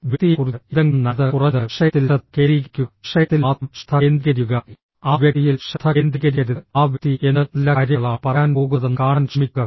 വ്യക്തിയെക്കുറിച്ച് എന്തെങ്കിലും നല്ലത് കുറഞ്ഞത് വിഷയത്തിൽ ശ്രദ്ധ കേന്ദ്രീകരിക്കുക വിഷയത്തിൽ മാത്രം ശ്രദ്ധ കേന്ദ്രീകരിക്കുക ആ വ്യക്തിയിൽ ശ്രദ്ധ കേന്ദ്രീകരിക്കരുത് ആ വ്യക്തി എന്ത് നല്ല കാര്യങ്ങളാണ് പറയാൻ പോകുന്നതെന്ന് കാണാൻ ശ്രമിക്കുക